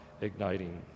igniting